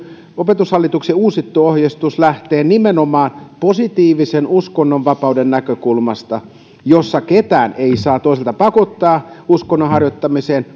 opetushallituksen uusittu ohjeistus lähde nimenomaan positiivisen uskonnonvapauden näkökulmasta jossa ketään ei saa toisaalta pakottaa uskonnon harjoittamiseen